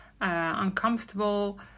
uncomfortable